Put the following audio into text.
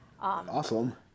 awesome